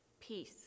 Peace